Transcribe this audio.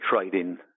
trading